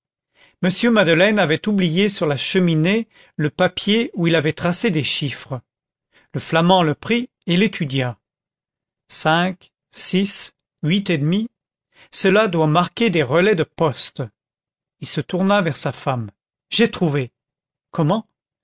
m madeleine avait oublié sur la cheminée le papier où il avait tracé des chiffres le flamand le prit et l'étudia cinq six huit et demi cela doit marquer des relais de poste il se tourna vers sa femme j'ai trouvé comment